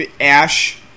Ash